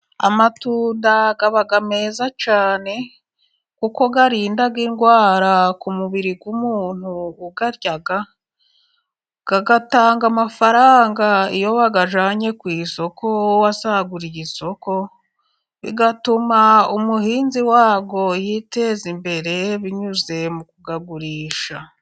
Amatunda aba meza cyane kuko arinda indwara ku mubiri w'umuntu ugarya, agatanga amafaranga iyo wayajyanwe ku isoko wasaguriye isoko, bigatuma umuhinzi wayo yiteza imbere binyuze mu kuyagurisha.